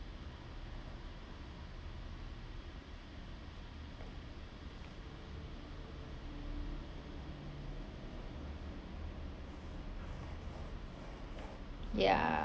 ya